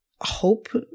hope